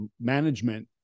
management